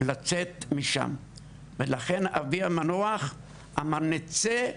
לצאת משם ולכן, אבי המנוח אמר נצא,